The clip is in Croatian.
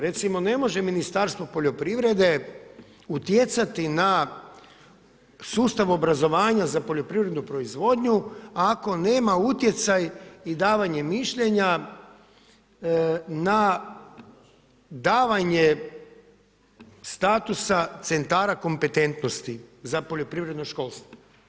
Recimo ne može Ministarstvo poljoprivrede utjecati na sustav obrazovanja za poljoprivrednu proizvodnju ako nema utjecaj i davanje mišljenja na davanje statusa centara kompetentnosti za poljoprivredno školstvo.